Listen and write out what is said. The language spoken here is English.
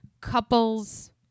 couples